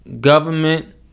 government